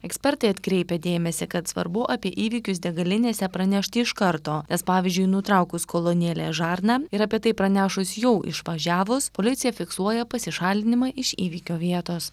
ekspertai atkreipia dėmesį kad svarbu apie įvykius degalinėse pranešti iš karto nes pavyzdžiui nutraukus kolonėlės žarną ir apie tai pranešus jau išvažiavus policija fiksuoja pasišalinimą iš įvykio vietos